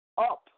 up